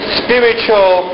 spiritual